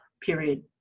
period